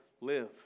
live